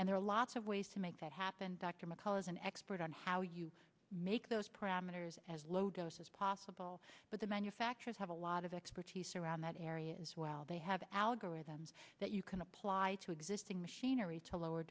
and there are lots of ways to make that happen dr mccall is an expert on how you make those parameters as low dose as possible but the manufacturers have a lot of expertise around that area as well they have algorithms that you can apply to existing machinery to lower